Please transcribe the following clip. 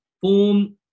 form